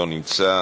לא נמצא,